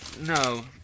No